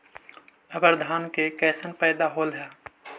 अबर धान के कैसन पैदा होल हा?